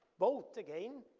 boat again,